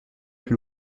plus